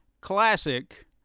classic